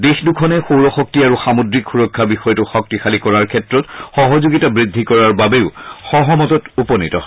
দেশ দুখনে সৌৰশক্তি আৰু সামুদ্ৰিক সুৰক্ষাৰ বিষয়টো শক্তিশালী কৰাৰ ক্ষেত্ৰত সহযোগিতা বৃদ্ধি কৰাৰ বাবেও সহমতত উপনীত হয়